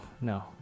no